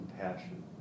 compassion